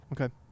okay